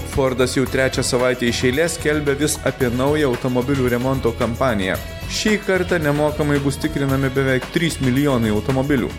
fordas jau trečią savaitę iš eilės skelbia vis apie naują automobilių remonto kampaniją šį kartą nemokamai bus tikrinami beveik trys milijonai automobilių